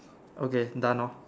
okay done hor